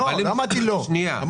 לאו דווקא על קרקעות.